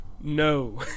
No